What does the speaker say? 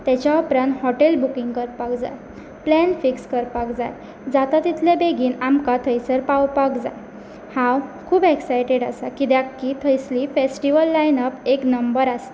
तेच्या उपरांत hotel booking करपाक जाय प्लॅन फिक्स करपाक जाय जाता तितले बेगीन आमकां थंयसर पावपाक जाय हांव खूब एक्सायटेड आसा कित्याक की थंयसली फेस्टीवल लायन अप एक नंबर आसता